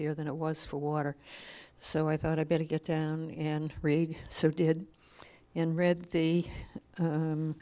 here than it was for water so i thought i better get down and read so did in red the